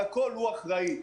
על הכול הוא אחראי.